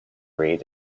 read